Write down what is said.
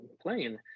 playing